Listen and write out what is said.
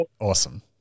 Awesome